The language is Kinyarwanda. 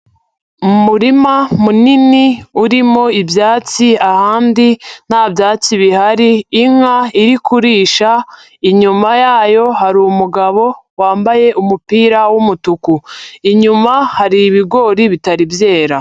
Umurima munini urimo ibyatsi, ahandi ntabyatsi bihari, inka iri kurisha, inyuma yayo hari umugabo wambaye umupira w'umutuku. Inyuma hari ibigori bitari byera.